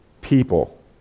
people